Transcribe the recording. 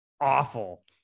awful